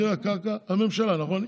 מחיר הקרקע זה הממשלה, נכון?